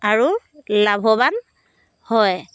আৰু লাভৱান হয়